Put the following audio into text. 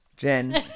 Jen